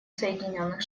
соединенных